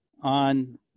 on